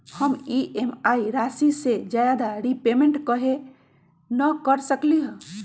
हम ई.एम.आई राशि से ज्यादा रीपेमेंट कहे न कर सकलि ह?